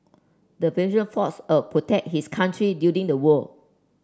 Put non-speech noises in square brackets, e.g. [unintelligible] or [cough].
the [unintelligible] fought [unintelligible] a protect his country during the war